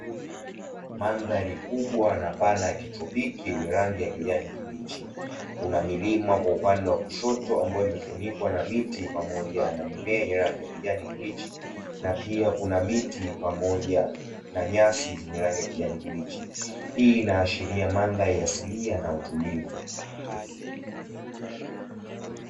Mandhari kubwa na pana yakichupiki yenye rangi ya kijani kibichi kuna milima kwa upande wa kushoto ambayo imefunikwa na miti pamoja na mimea yenye rangi ya kijani kibichi. Na pia kuna miti pamoja na nyasi zenye rangi ya kijani kibichi , hii inaashiria mandhari asilia na utulivu.